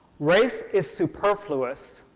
race is superfluous,